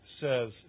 says